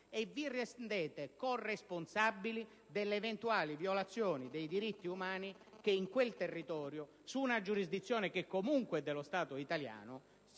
e vi rendete corresponsabili delle eventuali violazioni dei diritti umani che in quel territorio si svolgono, nell'ambito di una giurisdizione che è comunque dello Stato italiano.